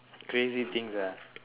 crazy things ah